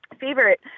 favorite